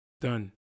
Done